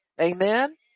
Amen